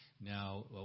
Now